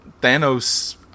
Thanos